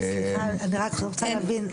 אני רק רוצה להבין,